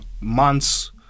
months